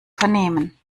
vernehmen